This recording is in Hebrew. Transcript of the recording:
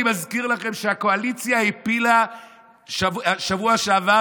אני מזכיר לכם שהקואליציה הפילה בשבוע שעבר